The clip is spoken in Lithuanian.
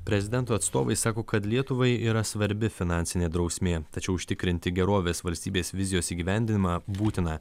prezidento atstovai sako kad lietuvai yra svarbi finansinė drausmė tačiau užtikrinti gerovės valstybės vizijos įgyvendinimą būtina